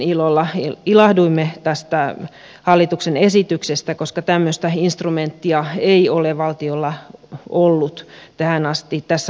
erityisesti ilahduimme tästä hallituksen esityksestä koska tämmöistä instrumenttia ei ole valtiolla ollut tähän asti tässä laajuudessa